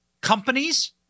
companies